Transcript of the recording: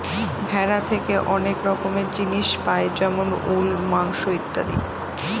ভেড়া থেকে অনেক রকমের জিনিস পাই যেমন উল, মাংস ইত্যাদি